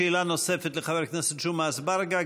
שאלה נוספת לחבר הכנסת ג'מעה אזברגה.